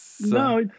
No